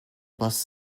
bus